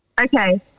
Okay